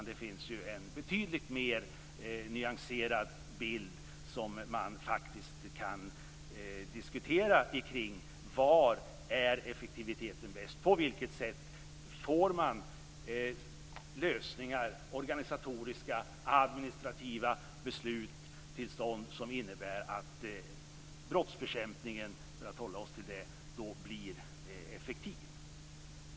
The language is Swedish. Det finns ju en betydligt mer nyanserad bild som man faktiskt kan diskutera kring. Var är effektiviteten bäst? På vilket sätt får man lösningar och organisatoriska och administrativa beslut till stånd som innebär att brottsbekämpningen - för att hålla oss till det - blir effektiv?